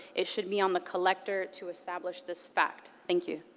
it should be on the collector to establish this fact. thank you.